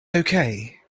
okay